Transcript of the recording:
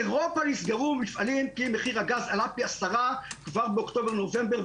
באירופה נסגרו מפעלים כי מחיר הגז עלה פי עשרה כבר באוקטובר-נובמבר,